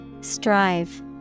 Strive